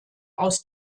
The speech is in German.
aus